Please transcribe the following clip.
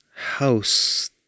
house